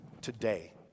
today